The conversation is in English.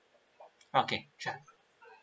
okay sure